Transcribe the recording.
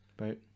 Right